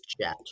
chat